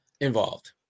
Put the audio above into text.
involved